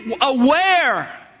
aware